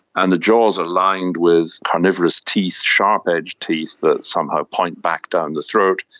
and the jaws are lined with carnivorous teeth, sharp-edged teeth that somehow point back down the throat.